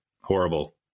horrible